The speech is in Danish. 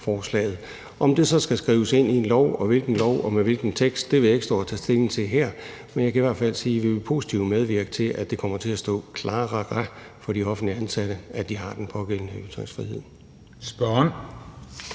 Om det så skal skrives ind i en lov og i hvilken lov og med hvilken tekst, vil jeg ikke stå og tage stilling til her, men jeg kan hvert fald sige, at vi vil medvirke positivt til, at det kommer til at stå klarere for de offentligt ansatte, at de har den pågældende ytringsfrihed. Kl.